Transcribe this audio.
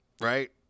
Right